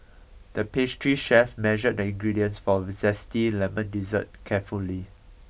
the pastry chef measured the ingredients for a Zesty Lemon Dessert carefully